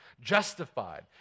justified